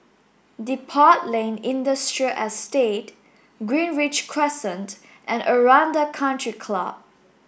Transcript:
Depot Lane Industrial Estate Greenridge Crescent and Aranda Country Club